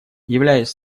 являясь